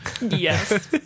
Yes